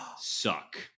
Suck